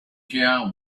care